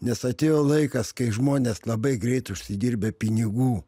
nes atėjo laikas kai žmonės labai greit užsidirbę pinigų